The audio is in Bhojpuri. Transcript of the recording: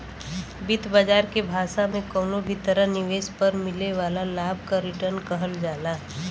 वित्त बाजार के भाषा में कउनो भी तरह निवेश पर मिले वाला लाभ क रीटर्न कहल जाला